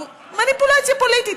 הוא מניפולציה פוליטית,